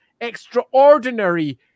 extraordinary